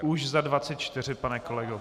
Už za 24, pane kolego.